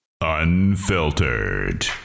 Unfiltered